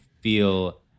feel